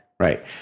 Right